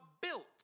built